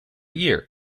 year